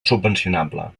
subvencionable